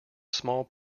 small